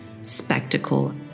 spectacle